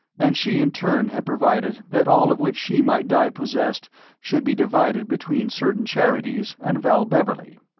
and she in turn had provided that all of which she might die possessed should be divided between certain charities and val beverley.